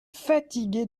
fatigué